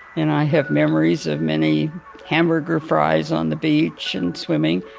and i have memories of many hamburger fries on the beach and swimming,